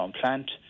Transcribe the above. plant